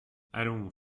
allons